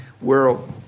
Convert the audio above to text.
world